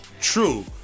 True